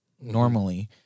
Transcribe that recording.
normally